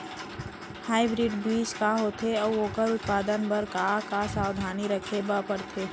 Hybrid बीज का होथे अऊ ओखर उत्पादन बर का का सावधानी रखे बर परथे?